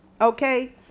Okay